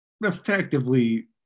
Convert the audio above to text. effectively